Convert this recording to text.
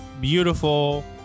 beautiful